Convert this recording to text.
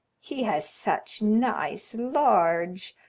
he has such nice, large,